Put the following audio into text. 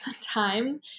time